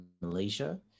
Malaysia